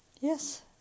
Yes